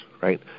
right